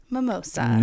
Mimosa